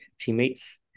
teammates